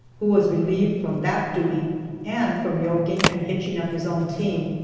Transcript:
who was relieved from that duty and from yoking and hitching up his own team,